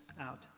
out